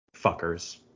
Fuckers